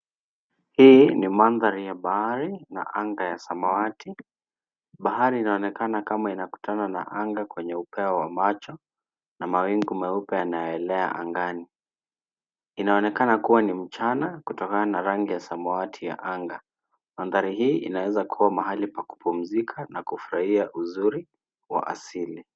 Hii ni mandhari ya bahari na anga ya samawati, bahari inaonekana kama inakutana na anga kwenye upeo wa macho na mawingu meupe yanayoelea angani inaonekana kuwa ni mchana kutokana na rangi ya samawati ya anga. Mandhari hii inaweza kuwa pahali pa kupumzika na kufurahia uzuri wa asili.